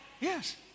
Yes